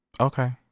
okay